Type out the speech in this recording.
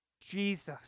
Jesus